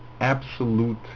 absolute